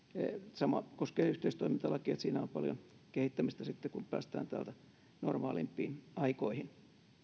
sama koskee yhteistoimintalakia että siinä on paljon kehittämistä sitten kun päästään täältä normaalimpiin aikoihin